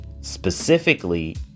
specifically